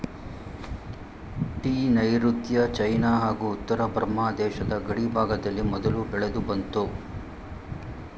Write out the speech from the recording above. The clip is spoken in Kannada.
ಟೀ ನೈರುತ್ಯ ಚೈನಾ ಹಾಗೂ ಉತ್ತರ ಬರ್ಮ ದೇಶದ ಗಡಿಭಾಗದಲ್ಲಿ ಮೊದಲು ಬೆಳೆದುಬಂತು